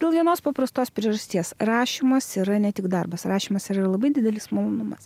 dėl vienos paprastos priežasties rašymas yra ne tik darbas rašymas yra ir labai didelis malonumas